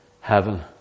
heaven